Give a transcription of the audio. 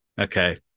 Okay